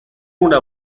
una